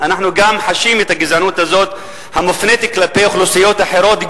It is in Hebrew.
אנחנו חשים את הגזענות הזאת המופנית כלפי אוכלוסיות אחרות,